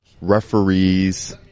referees